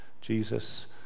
Jesus